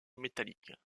métalliques